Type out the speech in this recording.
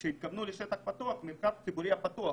כשהתכוונו לשטח פתוח - מרחב ציבורי פתוח.